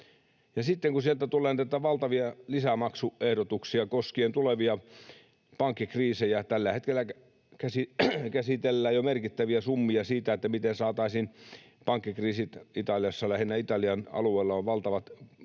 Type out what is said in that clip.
Sitten sieltä tulee näitä valtavia lisämaksuehdotuksia koskien tulevia pankkikriisejä — tällä hetkellä käsitellään jo merkittäviä summia siitä, miten saataisiin pankkikriisit... Lähinnä Italian alueella on valtavat riskikeskittymät